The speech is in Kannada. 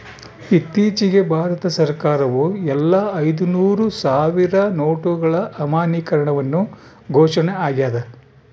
ಇತ್ತೀಚಿಗೆ ಭಾರತ ಸರ್ಕಾರವು ಎಲ್ಲಾ ಐದುನೂರು ಸಾವಿರ ನೋಟುಗಳ ಅಮಾನ್ಯೀಕರಣವನ್ನು ಘೋಷಣೆ ಆಗ್ಯಾದ